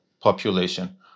population